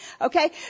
Okay